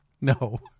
No